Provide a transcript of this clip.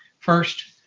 first,